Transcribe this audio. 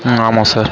ஆமாம் சார்